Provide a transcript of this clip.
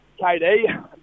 KD